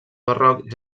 barroc